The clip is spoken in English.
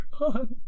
on